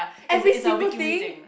every single thing